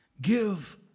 Give